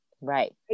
Right